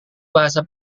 bahasa